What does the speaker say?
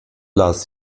las